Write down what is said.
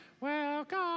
Welcome